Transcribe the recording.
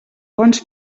fonts